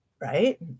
right